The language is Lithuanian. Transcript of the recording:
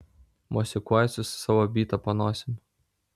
mosikuojasi su savo byta po nosim